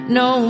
no